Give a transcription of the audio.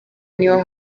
niho